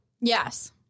Yes